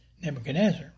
Nebuchadnezzar